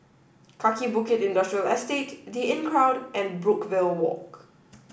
Kaki Bukit Industrial Estate the Inncrowd and Brookvale Walk